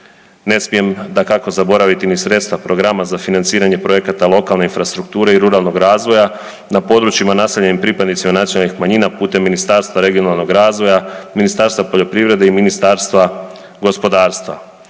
Ne smijem dakako zaboraviti ni sredstva programa za financiranje projekta lokalne infrastrukture i ruralnog razvoja na područjima naseljenim pripadnicima nacionalnih manjima putem Ministarstva regionalnog razvoja, Ministarstva poljoprivrede i Ministarstva gospodarstva,